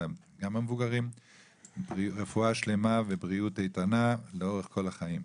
ולכולם - גם המבוגרים - רפואה שלמה ובריאות איתנה לאורך כל החיים.